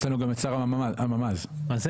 היועצת